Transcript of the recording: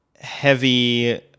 heavy